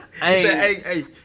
hey